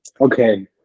Okay